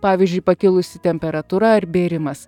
pavyzdžiui pakilusi temperatūra ar bėrimas